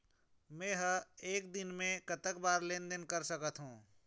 मे हर एक दिन मे कतक बार लेन देन कर सकत हों?